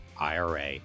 IRA